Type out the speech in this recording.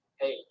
hey